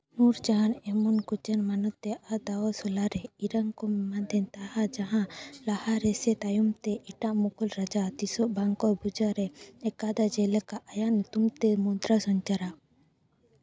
ᱱᱩᱨ ᱡᱟᱦᱟᱱ ᱮᱢᱚᱱ ᱠᱳᱪᱟᱨ ᱢᱟᱱᱚᱛ ᱛᱮᱭᱟᱜ ᱦᱟᱛᱟᱣᱟ ᱥᱳᱞᱟᱨ ᱨᱮ ᱤᱨᱟᱹᱝ ᱠᱚ ᱮᱢᱟᱫᱮ ᱛᱟᱦᱟ ᱡᱟᱦᱟᱸ ᱞᱟᱦᱟ ᱨᱮ ᱛᱟᱭᱚᱢᱛᱮ ᱮᱴᱟᱜ ᱢᱩᱜᱷᱚᱞ ᱨᱟᱡᱟ ᱛᱤᱥᱦᱚᱸ ᱵᱟᱝᱠᱚ ᱵᱷᱩᱸᱡᱟᱹᱣ ᱟᱠᱟᱫᱟ ᱡᱮᱞᱮᱠᱟ ᱟᱭᱟᱜ ᱧᱩᱛᱩᱢᱛᱮ ᱢᱩᱫᱨᱟ ᱥᱚᱧᱪᱟᱨᱟ